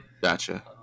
Gotcha